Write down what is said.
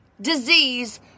disease